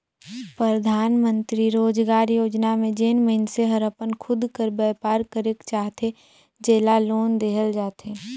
परधानमंतरी रोजगार योजना में जेन मइनसे हर अपन खुद कर बयपार करेक चाहथे जेला लोन देहल जाथे